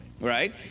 right